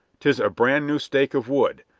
tis a brand-new stake of wood,